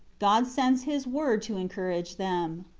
god sends his word to encourage them.